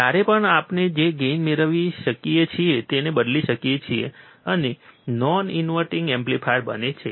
ત્યારે જ આપણે જે ગેઇન મેળવી શકીએ છીએ તેને બદલી શકીએ છીએ અને નોન ઇન્વર્ટીંગ એમ્પ્લીફાયર બને છે